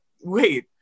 wait